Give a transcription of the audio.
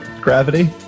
Gravity